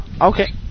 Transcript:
Okay